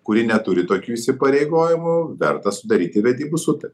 kuri neturi tokių įsipareigojimų verta sudaryti vedybų sutartį